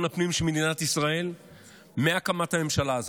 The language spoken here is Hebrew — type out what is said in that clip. הפנים של מדינת ישראל מהקמת הממשלה הזאת,